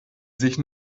sich